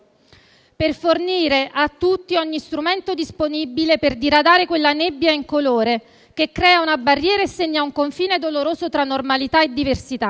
per fornire a tutti ogni strumento disponibile per diradare quella nebbia incolore che crea una barriera e segna un confine doloroso tra normalità e diversità.